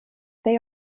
they